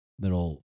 little